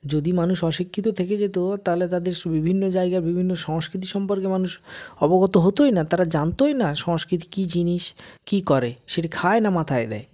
যদি মানুষ অশিক্ষিত থেকে যেত তাহলে তাদের বিভিন্ন জায়গায় বিভিন্ন সংস্কৃতি সম্পর্কে মানুষ অবগত হতোই না তারা জানতোই না সংস্কৃতি কী জিনিস কী করে সেটা খায় না মাথায় দেয়